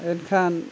ᱮᱱᱠᱷᱟᱱ